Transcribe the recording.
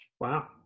Wow